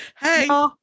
Hey